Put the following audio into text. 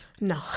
no